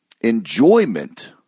enjoyment